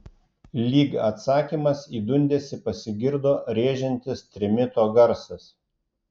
lyg atsakymas į dundesį pasigirdo rėžiantis trimito garsas